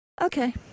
Okay